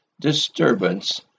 disturbance